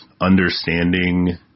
understanding